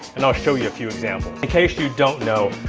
and i'll show you a few examples. in case you don't know,